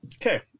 okay